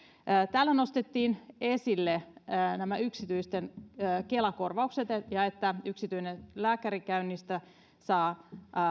täällä nostettiin esille nämä yksityisten kela korvaukset ja että yksityisellä lääkärillä käynnistä saa